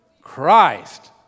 Christ